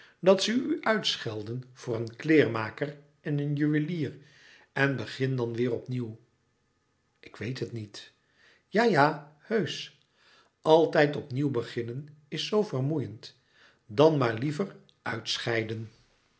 dat ze u uitschelden voor een kleêrmaker en een juwelier en begin dan weêr opnieuw ik weet het niet ja ja heusch altijd opnieuw beginnen is zoo vermoeiend dan maar liever uitscheiden